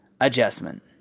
adjustment